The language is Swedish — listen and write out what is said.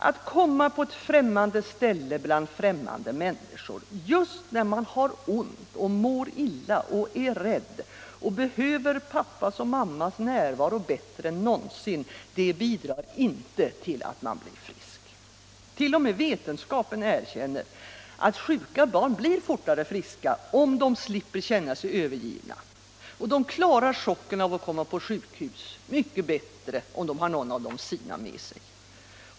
Att komma på ett främmande ställe bland främmande människor just när man har ont och mår illa och är rädd och behöver pappas och mammas närvaro bättre än någonsin — det bidrar inte till att man blir frisk. T. o. m. vetenskapen erkänner att sjuka barn blir fortare friska, om de slipper känna sig övergivna och att de klarar chocken av att komma på sjukhus mycket bättre om de har någon av de sina hos sig.